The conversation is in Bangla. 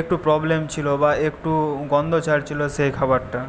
একটু প্রবলেম ছিলো বা একটু গন্ধ ছাড়ছিলো সেই খাবারটা